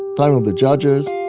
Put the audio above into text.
time of the judges,